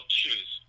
choose